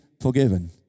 forgiven